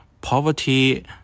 poverty